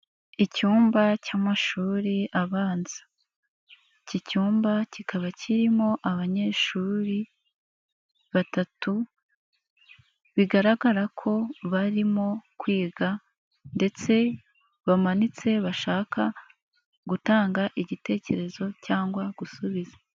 Icyumba cy'amashuri abanza, iki cyumba kikaba kirimo abanyeshuri batatu, bigaragara ko barimo kwiga ndetse bamanitse bashaka gutanga igitekerezo cyangwa gusubiza.